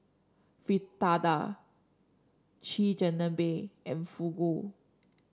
Fritada Chigenabe and Fugu